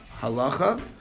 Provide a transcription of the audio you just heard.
halacha